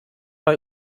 bei